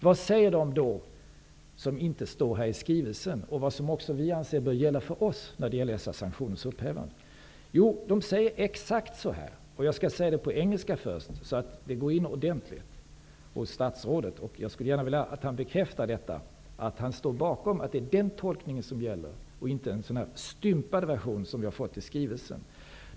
Vad är det som inte står i den här i skrivelsen och som vi anser bör gälla för oss om dessa sanktioners upphävande? Jag skulle gärna vilja att statsrådet bekräftar att han står bakom den tolkning som jag nu gör, att det är den som gäller och inte den stympade version som vi har fått i skrivelsen.